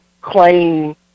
claim